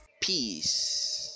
Peace